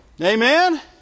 Amen